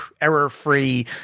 error-free